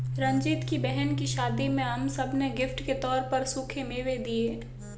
रंजीत की बहन की शादी में हम सब ने गिफ्ट के तौर पर सूखे मेवे दिए